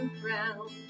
ground